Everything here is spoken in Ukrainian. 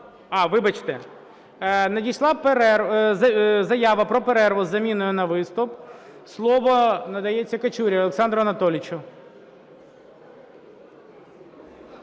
Надійшла заява про перерву із заміною на виступ. Слово надається Качурі Олександру Анатолійовичу.